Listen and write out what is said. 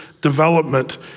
development